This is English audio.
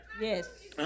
Yes